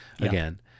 again